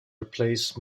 replaced